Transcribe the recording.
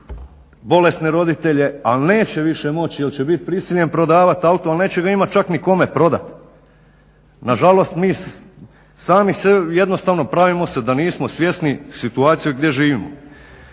bolesne roditelje ali neće više moći jer će biti prisiljen prodavati auto, ali neće ga imati čak ni kome prodati. Nažalost, mi sami sebe jednostavno pravimo se da nismo svjesni situacije gdje živimo.